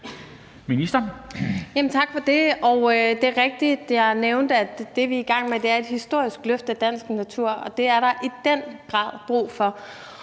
Wermelin): Tak for det. Det er rigtigt, at jeg nævnte, at det, vi er i gang med, er et historisk løft af dansk natur, og det er der i den grad brug for.